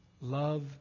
love